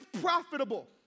profitable